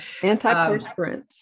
antiperspirants